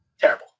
terrible